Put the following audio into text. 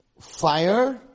fire